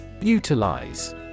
Utilize